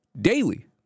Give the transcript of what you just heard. Daily